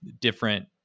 different